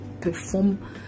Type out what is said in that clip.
perform